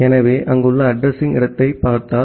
எனவே அங்குள்ள அட்ரஸிங் இடத்தைப் பார்த்தால்